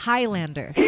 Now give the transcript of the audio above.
Highlander